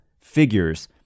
figures